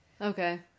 Okay